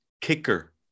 kicker